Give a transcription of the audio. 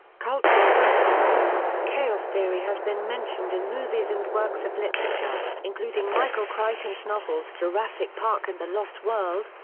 cultural references chaos theory has been mentioned in movies and works of literature, including michael crichton's novels jurassic park and the lost world,